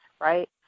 right